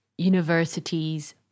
universities